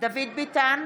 דוד ביטן,